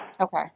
Okay